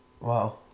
wow